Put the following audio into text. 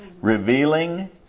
revealing